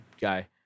guy